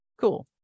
Cool